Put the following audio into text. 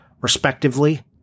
respectively